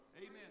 Amen